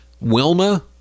Wilma